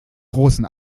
großen